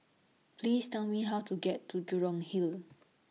Please Tell Me How to get to Jurong Hill